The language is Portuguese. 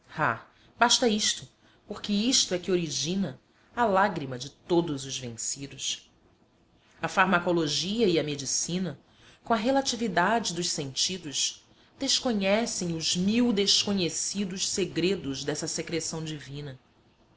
basta isto porque isto é que origina a lágrima de todos os vencidos a farmacologia e a medicina com a relatividade dos sentidos desconhecem os mil desconhecidos segredos dessa secreção divina